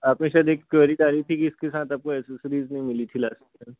आपने शायद एक क्वेरी डाली थी कि इसके साथ आपको एक्सेसरीज़ नहीं मिली थी लास्ट टाइम